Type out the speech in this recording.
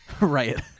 Right